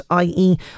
ie